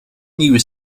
nieuwe